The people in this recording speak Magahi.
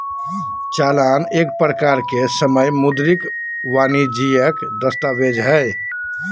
चालान एक प्रकार के समय मुद्रित वाणिजियक दस्तावेज हय